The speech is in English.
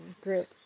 group